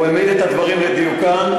הוא העמיד את הדברים על דיוקם,